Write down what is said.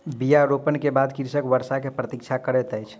बीया रोपला के बाद कृषक वर्षा के प्रतीक्षा करैत अछि